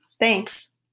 Thanks